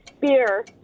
beer